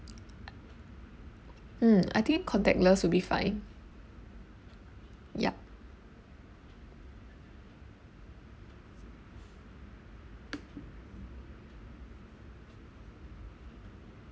mm I think contactless will be fine ya